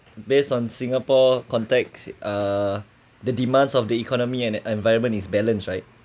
based on singapore contacts uh the demands of the economy and environment is balance right